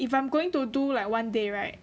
if I'm going to do like one day right